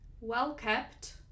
well-kept